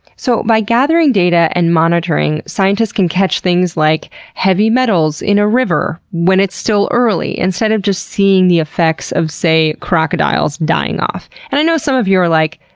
so by gathering data and monitoring, scientists can catch things like heavy metals in a river when it's still early, instead of just seeing the effects of, say, crocodiles dying off. and i know some of you are like,